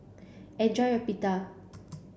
enjoy your Pita